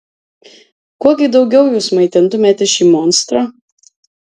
kuo gi daugiau jūs maitintumėte šį monstrą